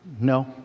No